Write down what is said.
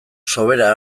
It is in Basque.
sobera